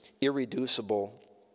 irreducible